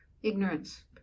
Ignorance